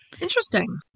Interesting